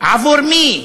עבור מי?